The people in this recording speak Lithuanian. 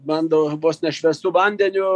bando vos ne švęstu vandeniu